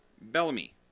Bellamy